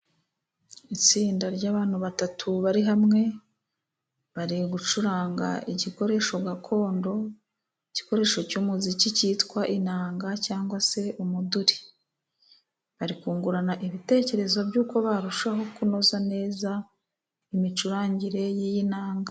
Itsinda ry'abantu batatu bari hamwe bari gucuranga igikoresho gakondo igikoresho cy'umuziki cyitwa inanga cyangwa se umuduri bari kungurana ibitekerezo by'uko barushaho kunoza neza imicurangire y'iyi nanga.